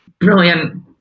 Brilliant